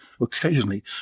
occasionally